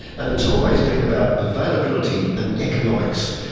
and it's always been about availability and economics.